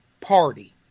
Party